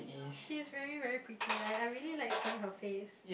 she's really very pretty I really like seeing her face